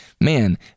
Man